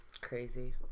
Crazy